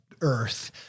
Earth